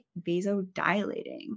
vasodilating